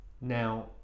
Now